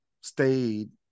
stayed